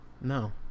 No